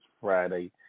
Friday